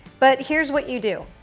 but here's what you do.